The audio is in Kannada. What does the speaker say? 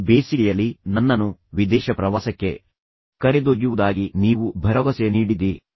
ಈ ಬೇಸಿಗೆಯಲ್ಲಿ ನನ್ನನ್ನು ವಿದೇಶ ಪ್ರವಾಸಕ್ಕೆ ಕರೆದೊಯ್ಯುವುದಾಗಿ ನೀವು ಭರವಸೆ ನೀಡಿದ್ದೀರಿ